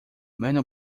many